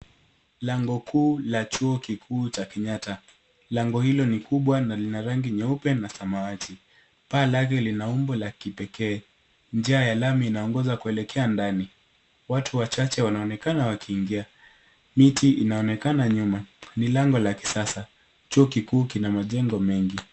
Lango kuu la chuo kikuu cha kenyatta. Lango hilo ni kubwa na lina rangi nyeupe na samawati. Paa lake lina umbo la kipekee. Njia ya lami inaongoza kuelekea ndani. Watu wachache wanaonekana wakiingia. Miti inaonekana nyuma. Ni lango la kisasa. Chuo kikuu kina majengo mengi.